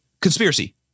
conspiracy